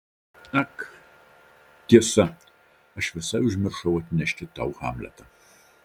ak tiesa aš visai užmiršau atnešti tau hamletą